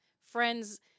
friends